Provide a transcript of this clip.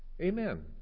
Amen